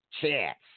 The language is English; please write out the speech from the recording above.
chance